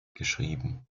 geschrieben